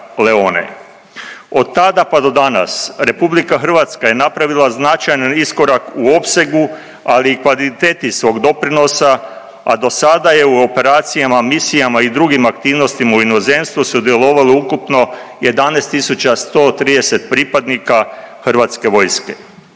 Od tada pa do danas Republika Hrvatska je napravila značajan iskorak u opsegu, ali i kvaliteti svog doprinosa, a do sada je u operacijama, misijama i drugim aktivnostima u inozemstvu sudjelovala ukupno 11130 pripadnika Hrvatske vojske.